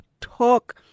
talk